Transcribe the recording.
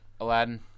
Aladdin